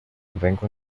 vengo